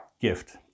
gift